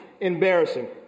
embarrassing